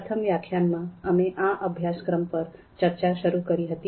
પ્રથમ વ્યાખ્યાનમાં અમે આ અભ્યાસક્રમ પર ચર્ચા શરૂ કરી હતી